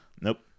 nope